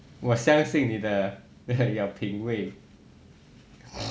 我相信你的 your 品味